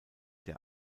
der